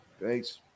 Thanks